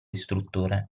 istruttore